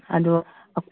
ꯑꯗꯣ